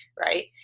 right